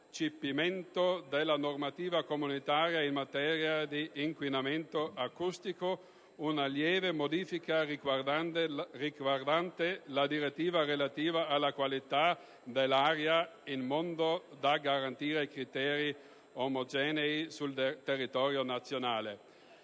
recepimento della normativa comunitaria in materia di inquinamento acustico, una lieve modifica riguardante la direttiva relativa alla qualità dell'aria in modo da garantire criteri omogenei sul territorio nazionale.